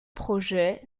projets